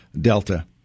Delta